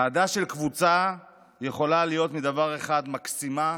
אהדה של קבוצה יכולה להיות מצד אחד מקסימה,